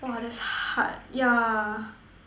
!wah! that's hard yeah